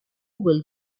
will